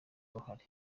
uruhare